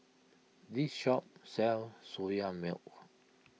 this shop sells Soya Milk